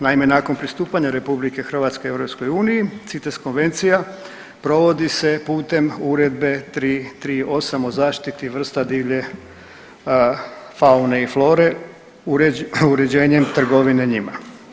Naime, nakon pristupanja RH EU CITES konvencija provodi se putem uredbe 338 o zaštiti vrsta divlje faune i flore uređenjem trgovine njima.